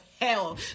hell